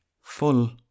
full